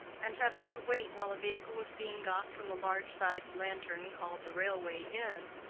and having to wait while a vehicle was being got from the large-sized lantern called the railway inn,